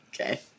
Okay